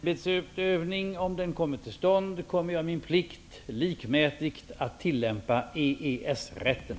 Herr talman! I min ämbetsutövning, om den kommer till stånd, kommer jag att göra min plikt och likmätigt tillämpa EES-rätten.